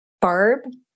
Barb